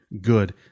good